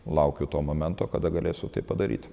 laukiu to momento kada galėsiu tai padaryti